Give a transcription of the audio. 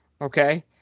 Okay